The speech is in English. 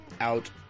out